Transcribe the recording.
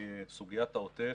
סוגיית העוטף.